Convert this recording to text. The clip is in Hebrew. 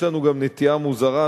יש לנו גם נטייה מאוד מוזרה,